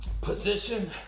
Position